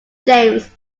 james